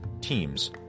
teams